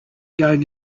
going